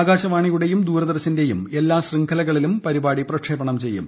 ആകാശവാണിയുടെയും ദൂരദർശന്റെയും എല്ലാ ശൃംഖലകളിലും പരിപാടി പ്രക്ഷേപണം ചെയ്യും